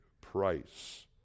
price